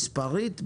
מספרית,